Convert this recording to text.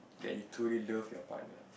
that you truly love your partner